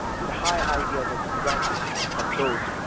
with high ideas of the grandeur of those who,